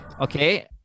okay